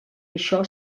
això